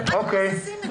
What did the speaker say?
על מה אתם מבססים את זה?